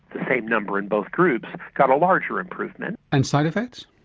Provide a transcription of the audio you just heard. the same number in both groups, got a larger improvement. and side effects?